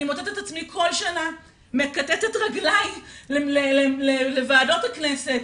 אני מוצאת את עצמי כל שנה מכתתת רגליים לוועדות הכנסת,